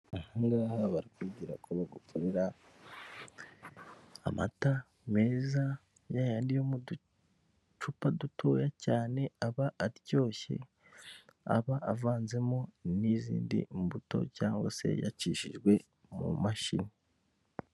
Ahangaha barakubwira ko bagukorera amata ya yandi yo mu ducupa dutoya cyane aba aryoshye aba avanzemo n'izindi mbuto cyangwa se yacishijwe mu mashini.